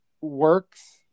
works